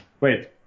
wait